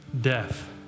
death